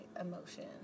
emotion